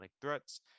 threats